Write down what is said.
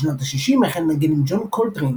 בשנות השישים החל לנגן עם ג'ון קולטריין